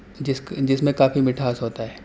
جس جس میں کافی مٹھاس ہوتا ہے